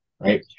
right